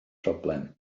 problem